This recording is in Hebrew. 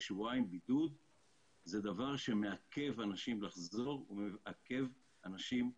וזה דבר שמעכב אנשים מלחזור ומעכב אנשים מלעלות.